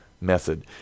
method